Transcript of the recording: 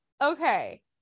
okay